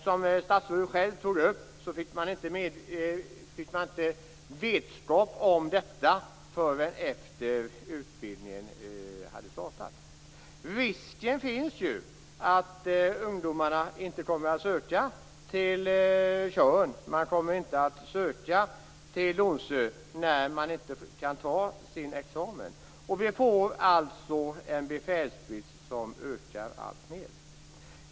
Som statsrådet sade fick man inte vetskap om detta förrän efter det att utbildningen hade startats. Risken finns ju att ungdomar inte kommer att söka till utbildningarna på Tjörn och Donsö när de inte kan ta någon examen. Befälsbristen ökar därmed alltmer.